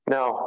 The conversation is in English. Now